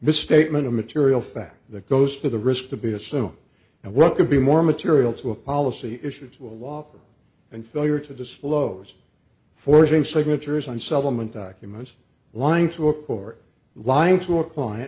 misstatement of material fact that goes for the risk to be assume and what could be more material to a policy issues will walker and failure to disclose forcing signatures on settlement documents lying to a court lying to a client